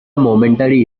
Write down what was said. momentary